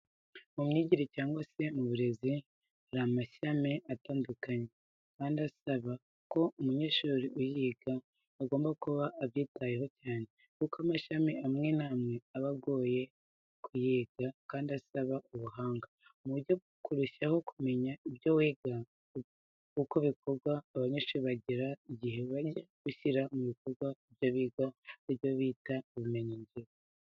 Mu myigire cyangwa se mu burezi, harimo amashami atandukanye kandi asaba ko umunyeshuri uyiga agomba kuba abyitayeho cyane kuko amashami amwe namwe aba agoye kuyiga kandi asaba ubuhanga. Mu buryo bwo kurushaho kumenya ibyo wiga uko bikorwa abanyeshuri bagira igihe bajya gushyira mu bikorwa ibyo biga aribyo bita ubumenyi ngiro.